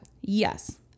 Yes